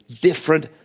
different